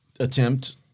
attempt